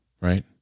right